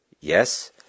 Yes